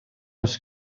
oes